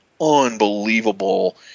unbelievable